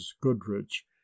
Goodrich